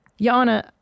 Yana